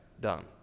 done